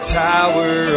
tower